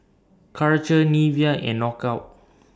Karcher Nivea and Knockout